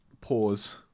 pause